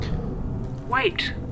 Wait